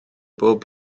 bob